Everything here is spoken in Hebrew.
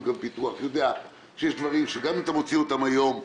פיתוח יודע שיש דברים שגם אם אתה מוציא אותם היום,